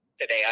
today